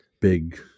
big